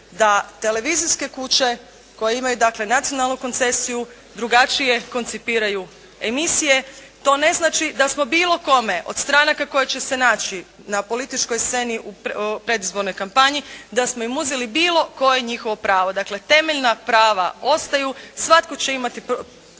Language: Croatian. da televizijske kuće koje imaju dakle, nacionalnu koncesiju drugačije koncipiraju emisije. To ne znači da smo bilo kome od stranaka koje će se naći na političkoj sceni u predizbornoj kampanji, da smo im uzeli bilo koje njihovo pravo. Dakle, temeljna prava ostaju, svatko će imati,